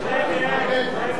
ההסתייגויות של קבוצת סיעת בל"ד